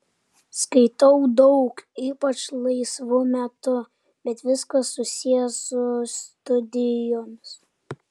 skaitau daug ypač laisvu metu bet viskas susiję su studijomis